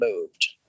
moved